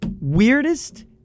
weirdest